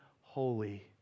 holy